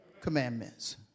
commandments